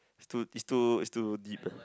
it's too it's too it's too deep lah